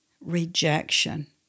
rejection